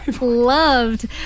loved